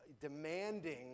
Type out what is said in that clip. demanding